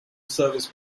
service